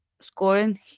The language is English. scoring